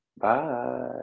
Bye